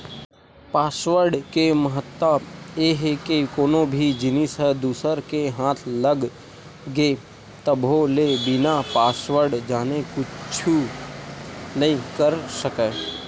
password के महत्ता ए हे के कोनो भी जिनिस ह दूसर के हाथ लग गे तभो ले बिना पासवर्ड जाने कुछु नइ कर सकय